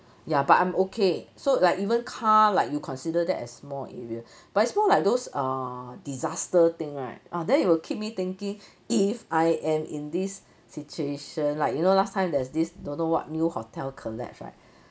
ya but I'm okay so like even car like you consider that a small area but it's more like those err disaster thing right ah then it will keep me thinking if I am in this situation like you know last time there's this don't know what new hotel collapse right